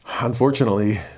unfortunately